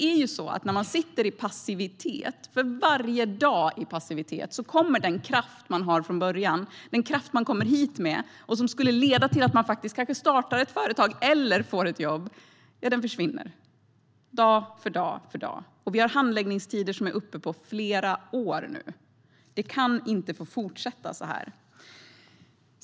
Men när man sitter i passivitet kommer den kraft som man har från början - den kraft man kommer hit med och som skulle kunna leda till att man kanske startade ett företag eller fick ett jobb - att försvinna, dag för dag. Vi har handläggningstider som är uppe i flera år nu. Det kan inte få fortsätta så här.